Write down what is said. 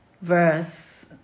verse